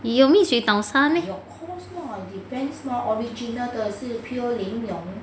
will mix with daosa meh